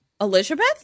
Elizabeth